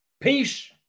peace